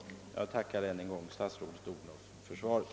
Jag tackar än en gång statsrådet Odhnoff för svaret.